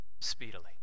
speedily